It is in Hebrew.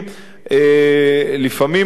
אתה יודע,